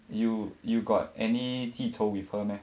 you you got any 记仇 with her meh